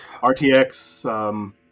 RTX